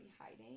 hiding